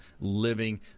living